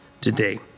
today